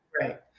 Right